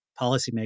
policymakers